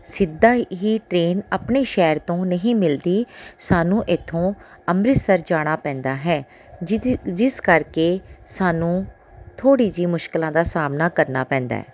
ਸਿੱਧਾ ਹੀ ਟਰੇਨ ਆਪਣੇ ਸ਼ਹਿਰ ਤੋਂ ਨਹੀਂ ਮਿਲਦੀ ਸਾਨੂੰ ਇੱਥੋਂ ਅੰਮ੍ਰਿਤਸਰ ਜਾਣਾ ਪੈਂਦਾ ਹੈ ਜਿਹਦੇ ਜਿਸ ਕਰਕੇ ਸਾਨੂੰ ਥੋੜ੍ਹੀ ਜਿਹੀ ਮੁਸ਼ਕਲਾਂ ਦਾ ਸਾਹਮਣਾ ਕਰਨਾ ਪੈਂਦਾ ਹੈ